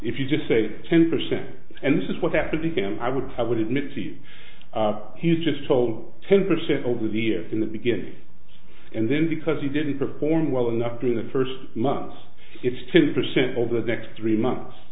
if you just say ten percent and this is what happened to him i would i would admit to you he just told ten percent over the year in the beginning and then because you didn't perform well enough to be the first month's it's two percent over the next three months